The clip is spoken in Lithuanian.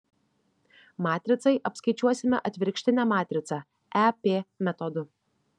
matricai apskaičiuosime atvirkštinę matricą ep metodu